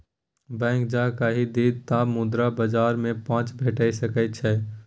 bank जँ कहि दिअ तँ मुद्रा बाजार सँ पैंच भेटि सकैत छै